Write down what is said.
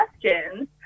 questions